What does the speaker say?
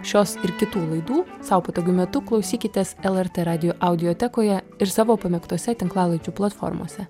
šios ir kitų laidų sau patogiu metu klausykitės lrt radijo audiotekoje ir savo pamėgtose tinklalaidžių platformose